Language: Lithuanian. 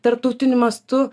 tarptautiniu mastu